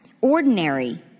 Ordinary